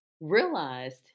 realized